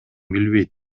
билбейт